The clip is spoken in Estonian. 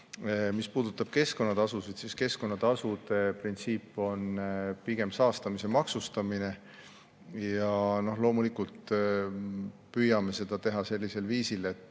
Mis puudutab keskkonnatasusid, siis keskkonnatasude printsiip on pigem saastamise maksustamine. Loomulikult püüame seda teha sellisel viisil, et